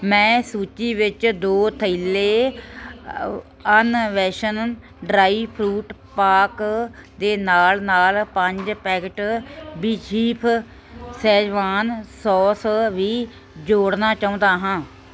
ਮੈਂ ਸੂਚੀ ਵਿੱਚ ਦੋ ਥੈਲੇ ਅਨਵੇਸ਼ਨ ਡਰਾਈ ਫਰੂਟ ਪਾਕ ਦੇ ਨਾਲ ਨਾਲ ਪੰਜ ਪੈਕੇਟ ਬਿਚੀਫ਼ ਸ਼ੈਜ਼ਵਾਨ ਸੌਸ ਵੀ ਜੋੜਨਾ ਚਾਹੁੰਦਾ ਹਾਂ